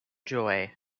joy